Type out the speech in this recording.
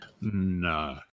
No